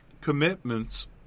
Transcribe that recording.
commitments